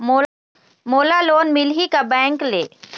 मोला लोन मिलही का बैंक ले?